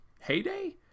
heyday